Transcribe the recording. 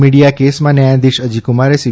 media કેસમાં ન્યાયાધીશ અજયક્રમારે સી